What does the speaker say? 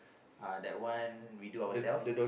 uh that that one we do ourself